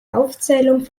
aufzählung